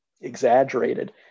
exaggerated